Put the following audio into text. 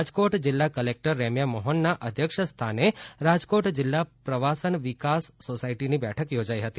રાજકોટ જિલ્લા કલેકટર રેમ્યા મોહનના અધ્યક્ષસ્થાને રાજકોટ જિલ્લા પ્રવાસ ન વિકાસ સોસાયટીની બેઠક યોજાઇ હતી